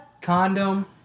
condom